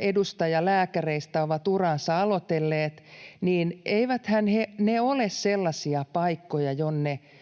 edustajalääkäreistä ovat uraansa aloitelleet — ole sellaisia paikkoja, jonne potilas